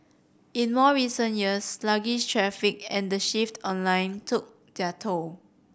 in more recent years sluggish traffic and the shift online took their toll